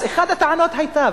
אז אחת הטענות היתה,